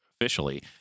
officially